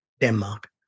Denmark